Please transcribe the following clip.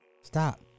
Stop